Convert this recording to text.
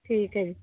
ਠੀਕ ਹੈ ਜੀ